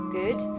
good